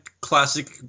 classic